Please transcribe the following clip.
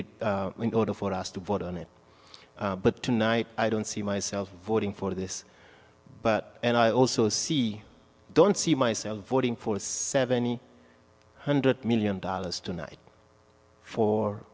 it in order for us to vote on it but tonight i don't see myself voting for this but and i also see don't see myself voting for the seventy hundred million dollars tonight for